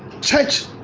Church